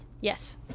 Yes